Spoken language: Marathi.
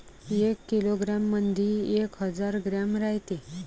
एका किलोग्रॅम मंधी एक हजार ग्रॅम रायते